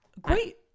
Great